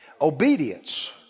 obedience